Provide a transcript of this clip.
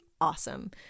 awesome